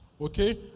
okay